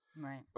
Right